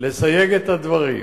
לסייג את הדברים,